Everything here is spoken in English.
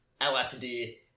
LSD